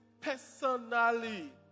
personally